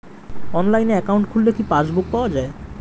অনলাইনে একাউন্ট খুললে কি পাসবুক পাওয়া যায়?